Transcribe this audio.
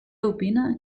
opina